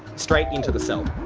straight into the cell.